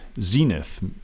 Zenith